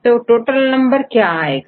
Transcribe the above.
तो total number क्या होगा